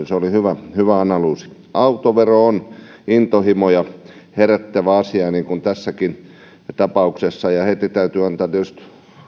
se oli hyvä hyvä analyysi autovero on intohimoja herättävä asia niin kuin tässäkin tapauksessa heti täytyy antaa tietysti